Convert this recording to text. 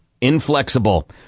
inflexible